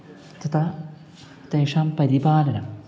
वस्तुत तेषां परिपालनम्